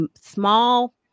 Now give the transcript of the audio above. small